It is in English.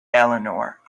eleanor